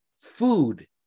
food